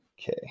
okay